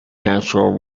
natural